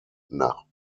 nach